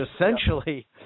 essentially